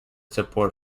support